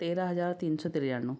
तेरह हजार तीन सौ तिरयानू